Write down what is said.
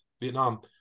vietnam